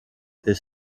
this